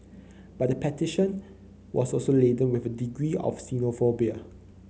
but the petition was also laden with a degree of xenophobia